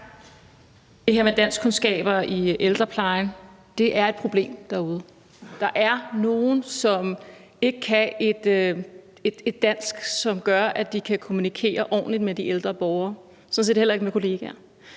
Det her med danskkundskaber i ældreplejen er et problem derude. Der er nogen, som ikke kan et dansk, der gør, at de kan kommunikere ordentligt med de ældre borgere, sådan set heller ikke med kollegaer.